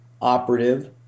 operative